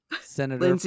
Senator